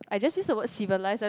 I just use the word civilized